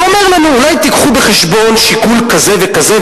ואומר לנו: אולי תביאו בחשבון שיקול כזה וכזה,